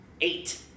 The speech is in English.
Eight